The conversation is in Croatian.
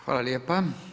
Hvala lijepa.